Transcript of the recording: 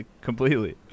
Completely